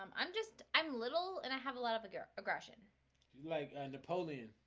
um i'm just i'm little and i have a lot of a girl aggression like and napoleon